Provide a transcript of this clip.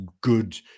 good